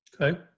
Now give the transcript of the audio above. Okay